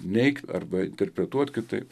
neigt arba interpretuot kitaip